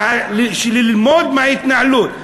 ללמוד מההתנהלות.